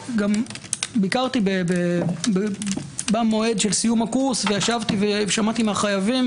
ביקרתי במועד של סיום הקורס ושמעתי מהחייבים